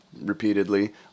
repeatedly